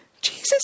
Jesus